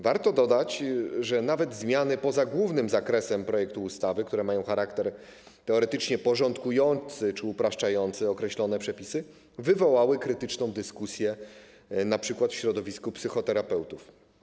Warto dodać, że nawet zmiany, które nie dotyczą głównego zakresu projektu ustawy, a które mają charakter teoretycznie porządkujący czy upraszczający określone przepisy, wywołały krytyczną dyskusję np. w środowisku psychoterapeutów.